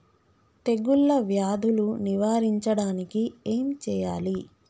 తెగుళ్ళ వ్యాధులు నివారించడానికి ఏం చేయాలి?